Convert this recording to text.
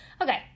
Okay